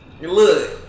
Look